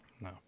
No